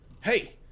Hey